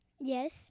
Yes